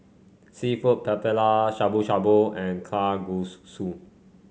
seafood Paella Shabu Shabu and